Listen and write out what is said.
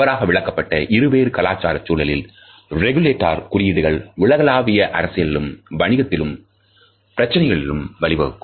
தவறாக விளக்கப்பட்ட இருவேறு கலாச்சாரச் சூழலில் ரெகுலேட்டர் குறியீடுகள் உலகலாவிய அரசியலிலும் வணிகத்திலும் பிரச்சினைகளுக்கு வழிவகுக்கும்